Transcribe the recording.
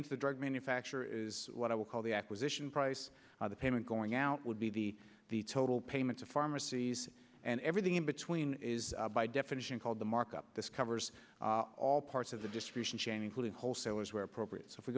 into the drug manufacturer is what i would call the acquisition price the payment going out would be the the total payments of pharmacies and everything in between is by definition called the markup this covers all parts of the distribution chain including wholesalers where appropriate so